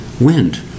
wind